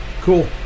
Cool